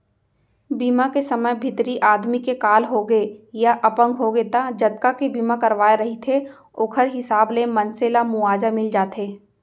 बीमा के समे भितरी आदमी के काल होगे या अपंग होगे त जतका के बीमा करवाए रहिथे ओखर हिसाब ले मनसे ल मुवाजा मिल जाथे